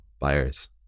buyers